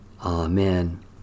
Amen